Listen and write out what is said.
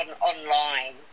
online